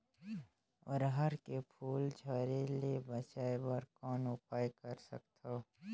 अरहर के फूल झरे ले बचाय बर कौन उपाय कर सकथव?